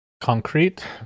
concrete